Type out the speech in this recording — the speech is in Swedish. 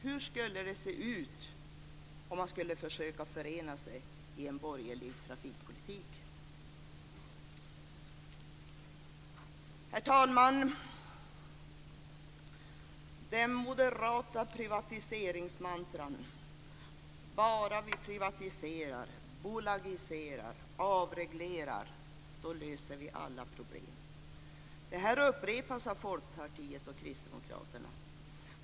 Hur skulle det se ut om man skulle försöka förena sig i en borgerlig trafikpolitik? Herr talman! Det moderata privatiseringsmantrat - bara vi privatiserar, bolagiserar och avreglerar löser vi alla problem - upprepas av Folkpartiet och Kristdemokraterna.